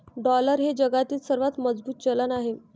dollar हे जगातील सर्वात मजबूत चलन आहे